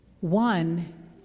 One